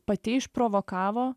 pati išprovokavo